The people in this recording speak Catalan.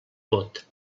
vot